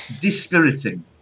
dispiriting